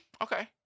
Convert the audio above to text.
Okay